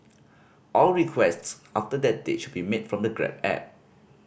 all requests after that date should be made from the Grab app